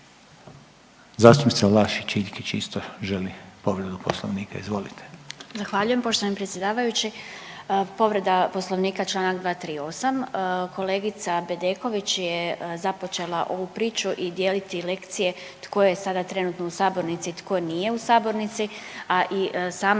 Zastupnica Vlašić Iljkić isto želi povredu Poslovnika, izvolite. **Vlašić Iljkić, Martina (SDP)** Zahvaljujem poštovani predsjedavajući. Povreda Poslovnika članak 238. Kolegica Bedeković je započela ovu priču i dijeliti lekcije tko je sada trenutno u sabornici, tko nije u sabornici, a i sama